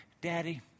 Daddy